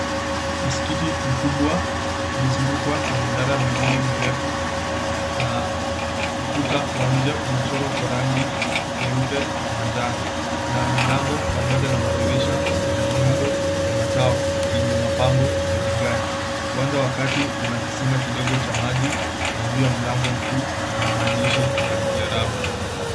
Msikiti mkubwa umezungukwa na minara miwili mirefu na ukuta wa nje umechorwa kwa rangi nyeupe na manjano na milango pamoja na madirisha yana miundo ya matao nje yenye mapambo ya vigae, uwanja wa kati una kisima kidogo cha maji na juu ya mlango mkuu kuna maandishi ya kiarabu.